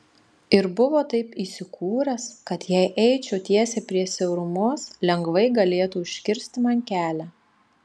ir buvo taip įsikūręs kad jei eičiau tiesiai prie siaurumos lengvai galėtų užkirsti man kelią